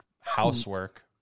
housework